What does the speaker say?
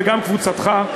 וגם קבוצתך.